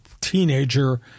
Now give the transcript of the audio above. teenager